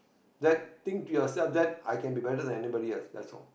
that think to yourself that I can be better than anybody else that's all